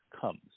comes